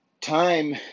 time